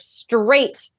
straight